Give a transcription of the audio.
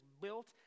built